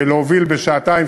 להוביל בשעתיים,